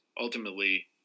ultimately